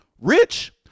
Rich